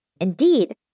Indeed